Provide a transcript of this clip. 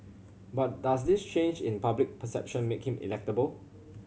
but does this change in public perception make him electable